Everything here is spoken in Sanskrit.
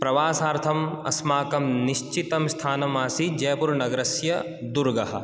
प्रवासार्थम् अस्माकं निश्चितं स्थानम् आसीत् जयपुरनगरस्य दुर्गः